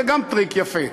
זה גם טריק יפה.